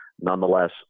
nonetheless